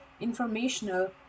informational